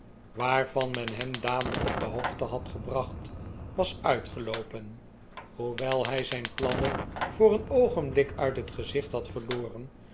waarvan men hem dadelijk op de hoogte had gebracht was uitgeloopen hoewel hij zijn plannen voor een oogenblik uit het gezicht had verloren